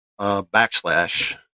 backslash